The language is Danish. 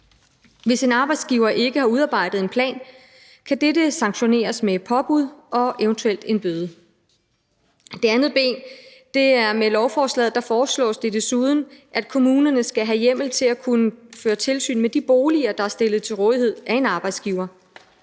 Hvis en arbejdsgiver ikke har udarbejdet en plan, kan dette sanktioneres med påbud og eventuelt en bøde. Det andet ben er, at med lovforslaget foreslås det desuden, at kommunerne skal have hjemmel til at føre tilsyn med de boliger, der er stillet til rådighed af en arbejdsgiver;